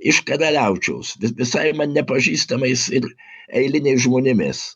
iš karaliaučiaus vis visai nepažįstamais ir eiliniais žmonėmis